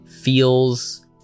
feels